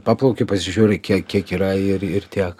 paplauki pasižiūri kiek kiek yra ir ir tiek